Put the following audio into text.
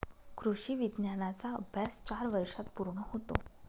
कृषी विज्ञानाचा अभ्यास चार वर्षांत पूर्ण होतो